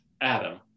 Adam